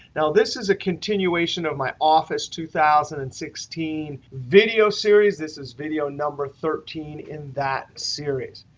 now, this is a continuation of my office two thousand and sixteen video series. this is video number thirteen in that series.